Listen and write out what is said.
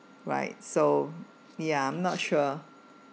right so ya I'm not sure